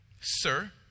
sir